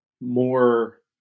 more